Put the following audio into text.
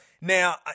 Now